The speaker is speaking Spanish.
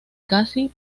casi